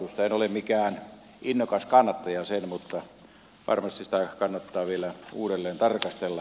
en ole mikään sen innokas kannattaja mutta varmasti sitä kannattaa vielä uudelleen tarkastella